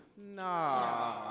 Nah